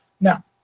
Now